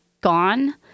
gone